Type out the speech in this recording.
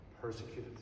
persecuted